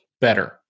better